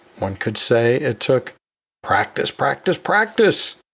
one could say it took practice, practice, practice,